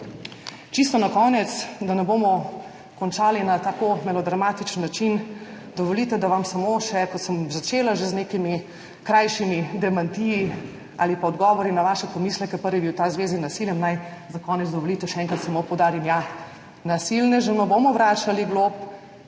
Čisto na koncu, da ne bomo končali na tako melodramatičen način, dovolite, da samo še, kot sem že začela, z nekimi krajšimi demantiji odgovorim na vaše pomisleke. Prvi je bil ta v zvezi z nasiljem. Naj za konec, dovolite, še enkrat samo poudarim, da nasilnežem ne bomo vračali glob.